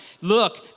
look